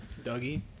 Dougie